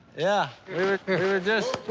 yeah. we were just